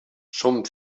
som